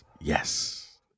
Yes